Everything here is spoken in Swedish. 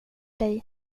dig